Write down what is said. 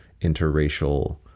interracial